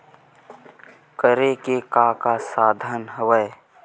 करे के का का साधन हवय?